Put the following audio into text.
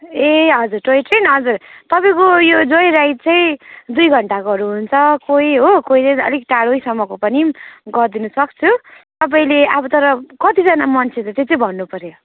ए हजुर toy train हजुर तपाईँको यो जय राइड चाहिँ दुई घन्टाकोहरू हुन्छ कोही हो कोहीले त अलिक टाढैसम्मको पनि गरिदिन सक्छु तपाईँले अब तर कतिजना मान्छे छ त्यो चाहिँ भन्नुपर्यो